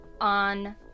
on